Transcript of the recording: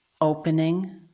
opening